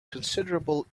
considerable